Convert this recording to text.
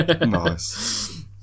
Nice